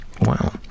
Wow